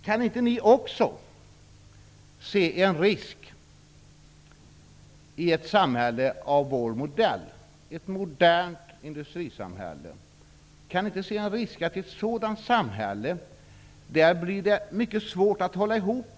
Kan inte ni också se en risk för att det då blir mycket svårt att hålla ihop ett samhälle av vår modell -- ett modernt industrisamhälle?